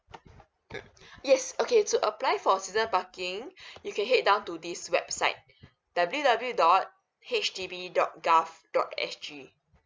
mm yes okay to apply for season parking you can head down to this website W W dot H D B dot gov dot S G